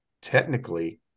technically